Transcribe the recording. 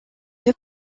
deux